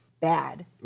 bad